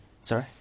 Sorry